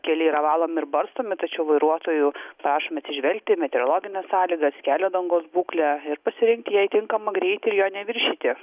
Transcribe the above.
keliai yra valomi ir barstomi tačiau vairuotojų prašome atsižvelgti į meteorologines sąlygas kelio dangos būklę ir pasirinkt jai tinkamą greitį ir jo neviršyti